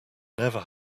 never